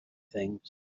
things